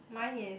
mine is